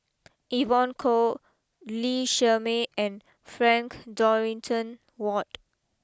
Evon Kow Lee Shermay and Frank Dorrington Ward